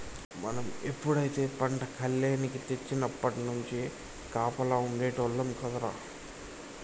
మనం ఎప్పుడైతే పంట కల్లేనికి తెచ్చినప్పట్నుంచి కాపలా ఉండేటోల్లం కదరా